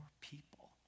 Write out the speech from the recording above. people